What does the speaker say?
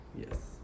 Yes